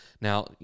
Now